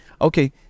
okay